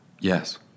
Yes